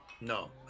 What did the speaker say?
No